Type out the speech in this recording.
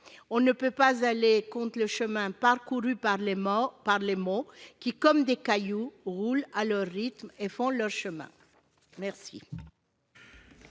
On ne peut pas aller contre le chemin parcouru par les mots, qui, comme des cailloux, roulent à leur rythme et font leur chemin. La